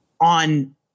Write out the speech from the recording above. on